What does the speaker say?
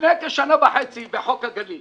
לפני כשנה וחצי בחוק הגליל